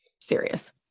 serious